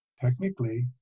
technically